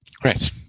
Great